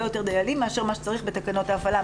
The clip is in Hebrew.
יותר דיילים מאשר מה שצריך בתקנות ההפעלה,